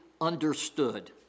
understood